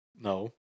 No